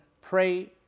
pray